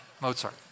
Mozart